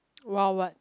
!wow! what